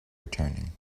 returning